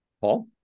Paul